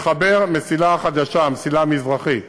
לחבר מסילה חדשה, המסילה המזרחית.